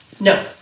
no